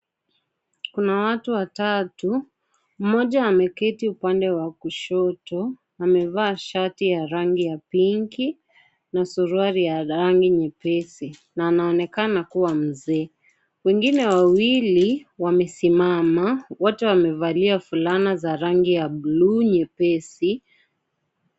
Kuna watu watatu, mmoja ameketi upande wa kushoto. Amevaa shati ya rangi ya pinki na suruali ya rangi nyepesi na anaonekana kuwa mzee. Wengine wawili wamesimama, wote wamevalia fulana za rangi ya blue nyepesi.